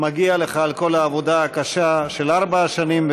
מגיע לך על כל העבודה הקשה של ארבע השנים,